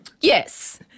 Yes